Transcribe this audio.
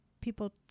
people